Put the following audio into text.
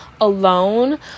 alone